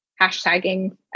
hashtagging